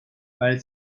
weil